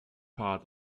part